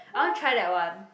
I wanna try that one